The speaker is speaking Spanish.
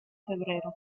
febrero